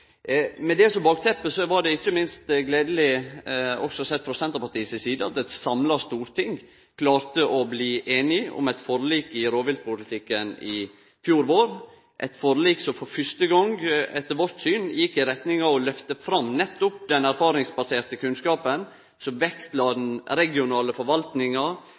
Med det som bakteppe var det ikkje minst gledeleg, òg sett frå Senterpartiet si side, at eit samla storting klarte å bli einig om eit forlik i rovviltpolitikken i fjor vår, eit forlik som for fyrste gong – etter vårt syn – gjekk i retning av å lyfte fram nettopp den erfaringsbaserte kunnskapen, som vektla den regionale forvaltninga,